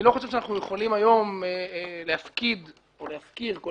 אני לא חושב שאנחנו יכולים היום להפקיד או להפקיר כל